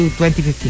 2015